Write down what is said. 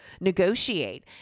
negotiate